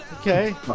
Okay